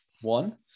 One